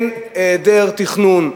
יש היעדר תכנון,